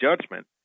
judgment